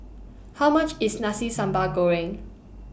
How much IS Nasi Sambal Goreng